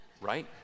right